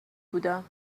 بودم